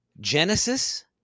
Genesis